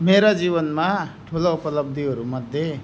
मेरा जीवनमा ठुलो उपलब्धिहरूमध्ये